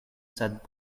sed